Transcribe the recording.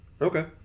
Okay